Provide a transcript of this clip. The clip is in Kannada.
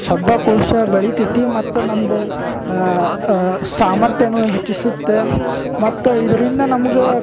ಶಬ್ಧಕೋಶ ಬೆಳಿತಿತ್ತಿ ಮತ್ತು ನಮ್ದು ಸಾಮರ್ಥ್ಯವೂ ಹೆಚ್ಚಿಸುತ್ತೆ ಮತ್ತು ಇದರಿಂದ ನಮ್ಗೆ ಕ